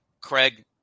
Craig